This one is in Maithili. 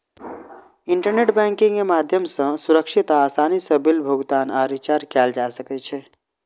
इंटरनेट बैंकिंग के माध्यम सं सुरक्षित आ आसानी सं बिल भुगतान आ रिचार्ज कैल जा सकै छै